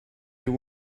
your